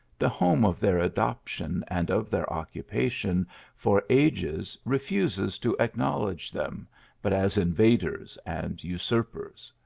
the home of their adoption and of their occupation for ages re fuses to acknowledge them but as invaders and usurpers.